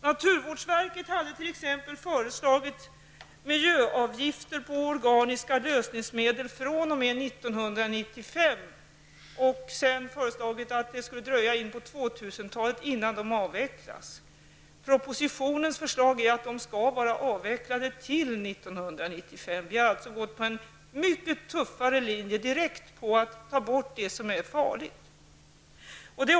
Naturvårdsverket har t.ex. föreslagit miljöavgifter på organiska lösningsmedel fr.o.m. 1995. Man föreslår vidare att det skall dröja in på 2000-talet innan de avvecklas. I propositionen föreslås att de skall vara avvecklade till 1995. Vi går alltså på en mycket tuffare linje och vill direkt ta bort det som är farligt.